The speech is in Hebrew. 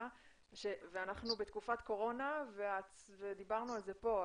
ואנחנו בתקופת קורונה ודיברנו על זה פה,